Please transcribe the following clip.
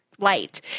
Light